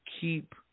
keep –